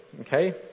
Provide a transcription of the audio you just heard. okay